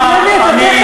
אתה אל תשנה תרבות.